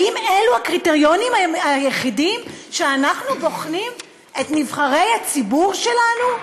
האם אלו הקריטריונים היחידים שבהם אנחנו בוחנים את נבחרי הציבור שלנו?